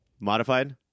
modified